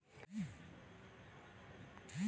सोल्याची खूप आवक देनारी जात कोनची?